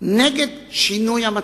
נגד שינוי המצב,